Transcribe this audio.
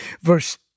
verse